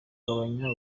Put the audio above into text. kugabanya